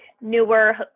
newer